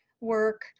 work